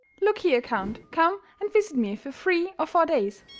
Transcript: look here, count, come and visit me for three or four days.